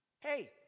hey